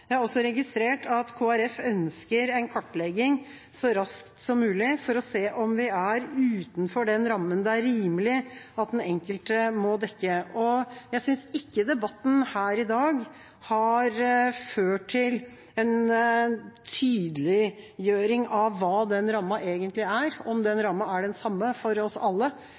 Jeg har også registrert at Kristelig Folkeparti ønsker en kartlegging så raskt som mulig for å se om vi er utenfor den ramma det er rimelig at den enkelte må dekke. Jeg synes ikke debatten her i dag har ført til en tydeliggjøring av hva den ramma egentlig er, om den ramma er den samme for oss alle,